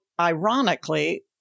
ironically